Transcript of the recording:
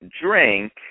drink